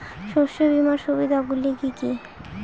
শস্য বীমার সুবিধা গুলি কি কি?